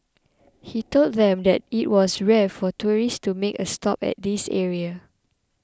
he told them that it was rare for tourists to make a stop at this area